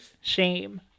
Shame